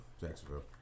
Jacksonville